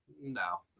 No